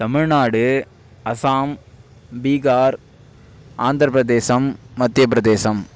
Tamil Nadu Assam Bihar Andhra Pradesh Madhya Pradesh